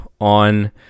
on